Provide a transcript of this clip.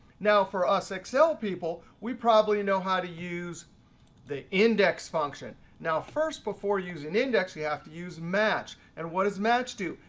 now for us excel people, we probably know how to use the index function. now first before using index, we have to use match. and what does match do?